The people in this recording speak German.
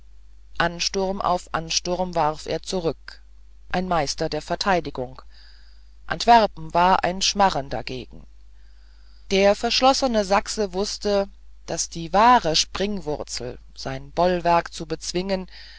ansturm auf ansturm warf er zurück ein meister der verteidigung antwerpen war ein schmarren dagegen der verschlossene sachse wußte daß die wahre springwurzel seine bollwerke zu bezwingen